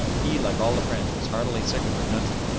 he, like all the french, was heartily sick of the country,